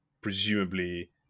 presumably